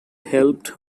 helped